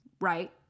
right